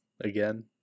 again